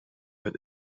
wird